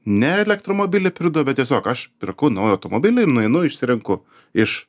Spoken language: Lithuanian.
ne elektromobilį pirdo bet tiesiog aš perku naują automobilį nueinu išsirenku iš